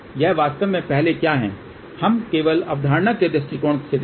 यह वास्तव में पहले क्या है हम केवल अवधारणा के दृष्टिकोण से देखें